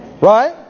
Right